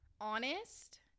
honest